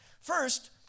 First